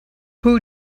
who